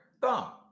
thumb